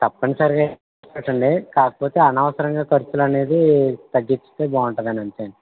తప్పనిసరిగా అయితే పెట్టండి కాకపోతే అనవసరంగా ఖర్చులనేది తగ్గిచ్చితే బాగుంటుందని అంతే అండి